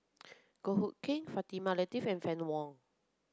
Goh Hood Keng Fatimah Lateef and Fann Wong